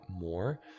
more